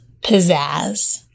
Pizzazz